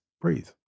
breathe